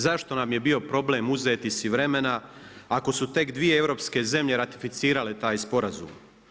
Zašto nam je bio problem uzeti si vremena, ako su tek dvije europske zemlje ratificirale taj sporazum.